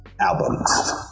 albums